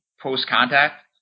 post-contact